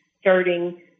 starting